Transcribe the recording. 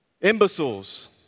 imbeciles